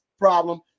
Problem